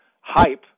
hype